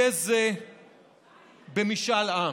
במשאל עם,